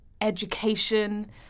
education